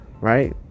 right